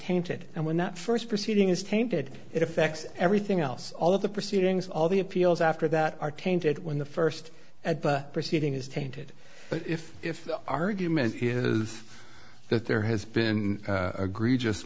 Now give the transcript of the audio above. tainted and when that first proceeding is tainted it affects everything else all of the proceedings all the appeals after that are tainted when the first at the proceeding is tainted but if if argument is that there has been agreed just